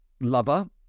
lover